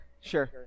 Sure